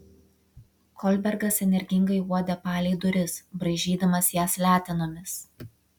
kolbergas energingai uodė palei duris braižydamas jas letenomis